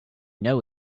know